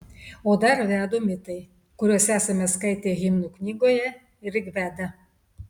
o dar vedų mitai kuriuos esame skaitę himnų knygoje rigveda